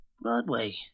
Broadway